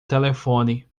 telefone